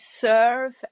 serve